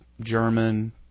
German